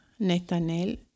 Netanel